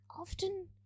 often